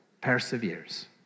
perseveres